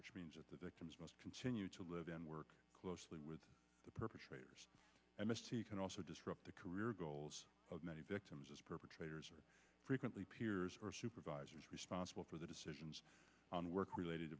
which means of the victims must continue to live and work closely with the perpetrators can also disrupt the career goals of many victims as perpetrators are frequently peers or supervisors responsible for the decisions on work related